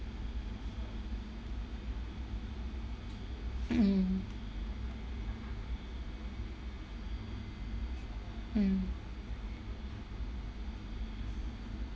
mm mm